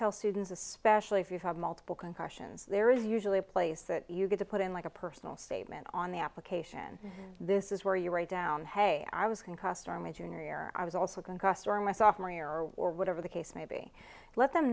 tell students especially if you have multiple concussions there is usually a place that you get to put in like a personal statement on the application this is where you write down hey i was concussed or my junior year i was also concussed during my sophomore year or whatever the case may be let them